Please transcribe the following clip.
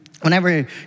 Whenever